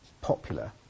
popular